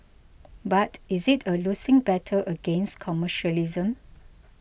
but is it a losing battle against commercialism